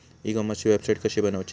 E कॉमर्सची website कशी बनवची?